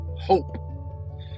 Hope